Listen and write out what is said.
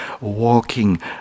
walking